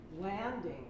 landing